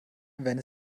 wenn